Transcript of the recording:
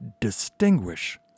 distinguish